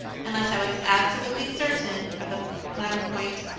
unless i was absolutely certain of the latter point,